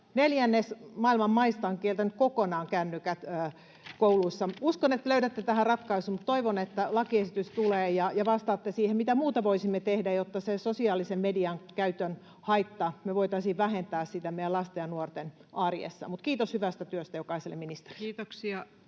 Neljännes maailman maista on kieltänyt kokonaan kännykät kouluissa. Uskon, että löydätte tähän ratkaisun. Mutta toivon, että lakiesitys tulee ja vastaatte siihen, mitä muuta voisimme tehdä, jotta sitä sosiaalisen median käytön haittaa me voitaisiin vähentää meidän lasten ja nuorten arjessa. — Mutta kiitos hyvästä työstä jokaiselle ministerille.